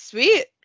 Sweet